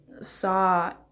saw